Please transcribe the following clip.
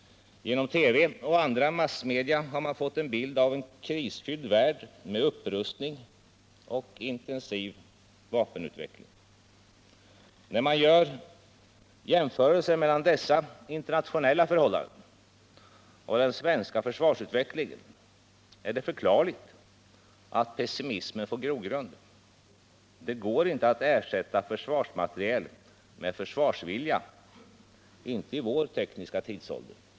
Genom TV och andra massmedia har man fått en bild av en krisfylld värld med upprustning och intensiv vapenutveckling. När man gör jämförelser mellan dessa internationella förhållanden och den svenska försvarsutvecklingen, är det förklarligt att pessimismen får grogrund. Det går inte att ersätta försvarsmateriel med försvarsvilja — inte i vår tekniska tidsålder.